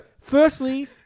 firstly